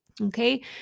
Okay